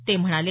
ते म्हणाले